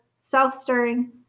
self-stirring